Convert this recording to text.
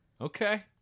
Okay